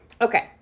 Okay